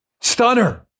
Stunner